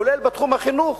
כולל בתחום החינוך,